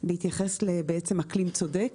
בהתייחס בעצם לאקלים צודק.